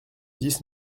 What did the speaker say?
dix